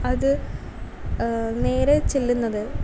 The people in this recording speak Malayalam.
അത് നേരെ ചെല്ലുന്നത്